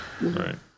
Right